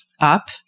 up